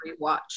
rewatch